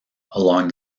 along